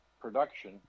production